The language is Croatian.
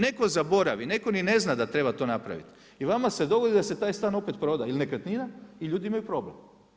Netko zaboravi, netko ni ne zna da treba to napraviti i vama se dogodi da se taj stan opet proda ili nekretnina i ljudi imaju problem.